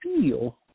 feel